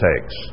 takes